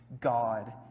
God